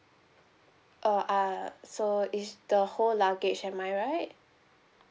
err uh so is the whole luggage am I right